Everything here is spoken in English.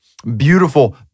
beautiful